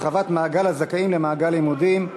הרחבת מעגל הזכאים למענק לימודים).